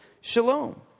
shalom